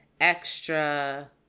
Extra